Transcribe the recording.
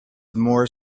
more